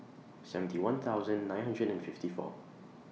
seventy one thousand nine hundred and fifty four